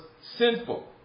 sinful